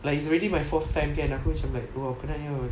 like it's already my fourth time kan aku macam like oh penat nya